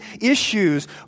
issues